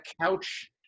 couch